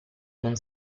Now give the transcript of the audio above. non